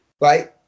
Right